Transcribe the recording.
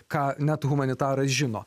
ką net humanitaras žino